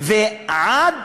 ועד